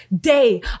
day